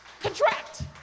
Contract